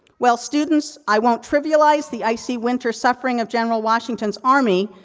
well, students, i won't trivialize the icy winter suffering of general washington's army,